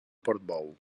portbou